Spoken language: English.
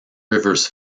rivers